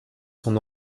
son